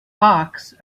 hawks